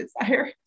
desire